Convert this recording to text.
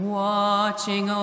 watching